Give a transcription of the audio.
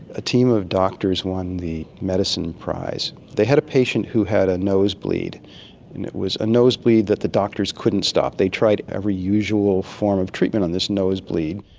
a team of doctors won the medicine prize. they had a patient who had a nosebleed and it was a nosebleed that the doctors couldn't stop. they tried every usual form of treatment on this nosebleed,